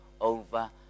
over